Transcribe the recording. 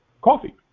coffee